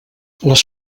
les